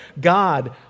God